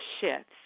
shifts